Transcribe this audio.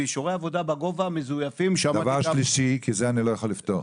ואישורי עבודה בגובה מזויפים --- את זה אני לא יכול לפתור,